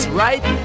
right